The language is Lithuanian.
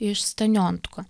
iš staniontuko